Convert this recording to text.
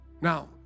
Now